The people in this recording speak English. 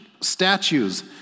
statues—